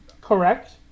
Correct